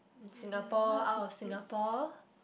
in Singapore out of Singapore